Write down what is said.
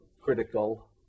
critical